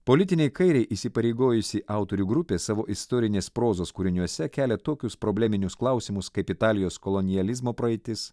politinei kairei įsipareigojusi autorių grupė savo istorinės prozos kūriniuose kelia tokius probleminius klausimus kaip italijos kolonializmo praeitis